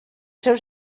seus